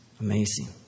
Amazing